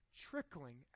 trickling